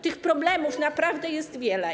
Tych problemów naprawdę jest wiele.